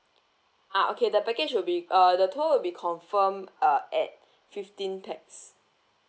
ah okay the package will be uh the tour will be confirmed uh at fifteen pax